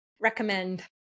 Recommend